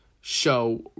show